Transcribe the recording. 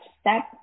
step